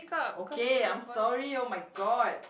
okay I'm sorry oh-my-god